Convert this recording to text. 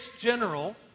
general